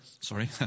sorry